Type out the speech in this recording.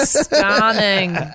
Stunning